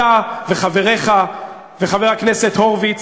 אתה וחבריך וחבר הכנסת הורוביץ